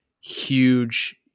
Huge